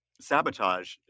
sabotage